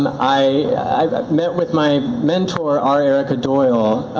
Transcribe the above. um i met with my mentor r. erica doyle,